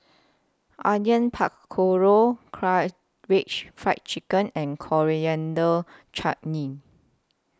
Onion Pakora Karaage Fried Chicken and Coriander Chutney